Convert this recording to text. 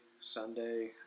Sunday